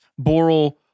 Boral